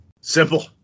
Simple